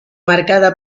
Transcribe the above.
marcada